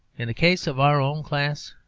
in the case of our own class,